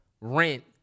rent